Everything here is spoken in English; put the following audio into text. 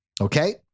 okay